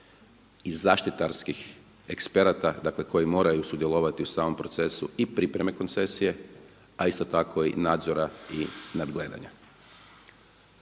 i zaštitarskih eksperata koji moraju sudjelovati u samom procesu i pripreme koncesije, a isto tako i nadzora i nadgledanja.